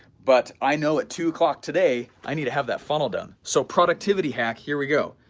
but i know at two o'clock today, i need to have that funnel done, so productivity hack, here we go,